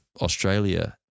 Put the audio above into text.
Australia